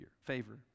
favor